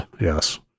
Yes